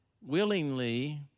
willingly